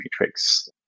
matrix